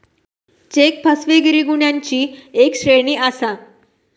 check फसवेगिरी गुन्ह्यांची एक श्रेणी आसा